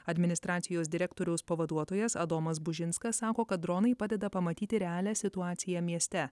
administracijos direktoriaus pavaduotojas adomas bužinskas sako kad dronai padeda pamatyti realią situaciją mieste